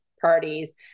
parties